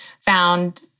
found